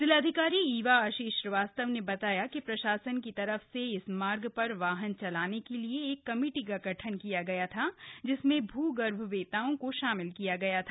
जिलाधिकारी इवा आशीष श्रीवास्तव ने बताया कि प्रशासन की तरफ से इस मार्ग पर वाहन चलाने के लिए एक कमेटी का गठन किया था जिसमें भूगर्भ वेताओं को शामिल किया गया था